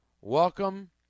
Welcome